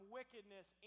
wickedness